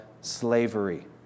slavery